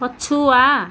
ପଛୁଆ